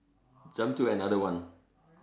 jump to another one